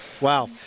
Wow